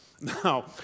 Now